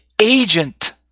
agent